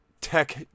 tech